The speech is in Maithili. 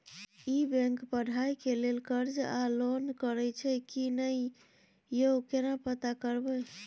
ई बैंक पढ़ाई के लेल कर्ज आ लोन करैछई की नय, यो केना पता करबै?